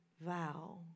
vow